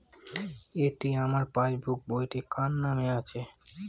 এটি আমার পাসবুক বইটি কার নামে আছে?